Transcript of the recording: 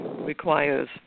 requires